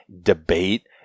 debate